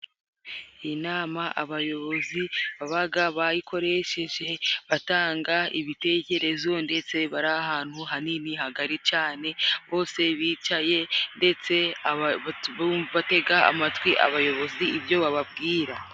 Inama, abayobozi babaga bayikoresheje batanga ibitekerezo. Ndetse bari ahantu hanini, hagari cane, bose bicaye, ndetse batega amatwi abayobozi ibyo bababwira.